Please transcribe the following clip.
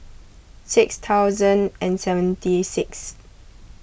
six thousand and seventy sixth